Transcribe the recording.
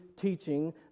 teaching